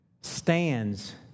stands